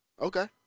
Okay